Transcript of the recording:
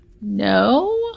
No